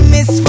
Miss